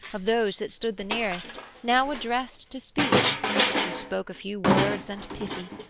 of those that stood the nearest now addressed to speech who spoke few words and pithy,